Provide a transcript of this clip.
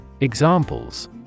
Examples